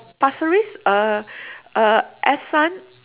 pasir ris uh uh S son